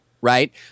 right